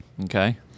Okay